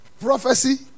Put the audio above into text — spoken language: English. Prophecy